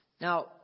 Now